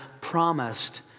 promised